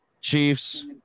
Chiefs